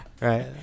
Right